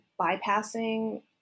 bypassing